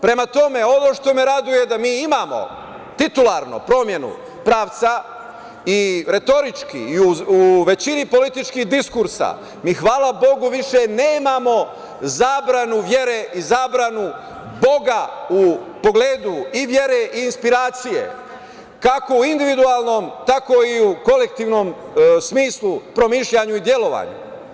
Prema tome, ovo što me raduje je da mi imamo titularno promenu pravca i retorički i u većini političkih diskursa, mi hvala bogu više nemamo zabranu vere i zabranu Boga u pogledu i vere i inspiracije, kako u individualnom, tako i u kolektivnom smislu, promišljanju i delovanju.